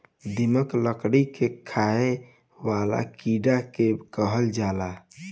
दीमक, लकड़ी के खाए वाला कीड़ा के कहल जाला